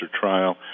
trial